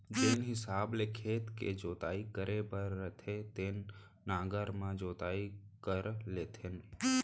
जेन हिसाब ले खेत के जोताई करे बर रथे तेन नांगर म जोताई कर लेथें